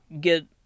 get